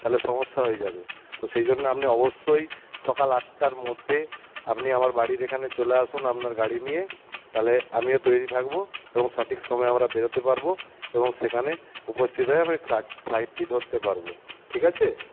তালে সমস্যা হয়ে যাবে তো সেই জন্য আপনি অবশ্যই সকাল আটটার মধ্যে আপনি আমার বাড়ির এখানে চলে আসুন আপনার গাড়ি নিয়ে তালে আমিও তৈরি থাকবো এবং সঠিক সময়ে আমরা বেরোতে পারবো এবং সেখানে উপস্থিত হয়ে আমি ফ্লাইট ফ্লাইটটি ধরতে পারবো ঠিক আছে